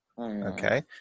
Okay